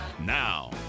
Now